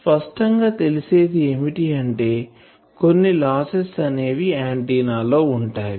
స్పష్టం గా తెలిసేది ఏమిటి అంటే కొన్ని లస్సెస్ అనేవి ఆంటిన్నా లో ఉంటాయి